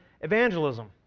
evangelism